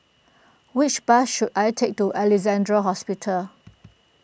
which bus should I take to Alexandra Hospital